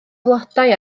flodau